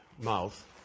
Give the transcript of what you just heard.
mouth